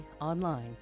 online